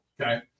Okay